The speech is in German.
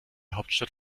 hauptstadt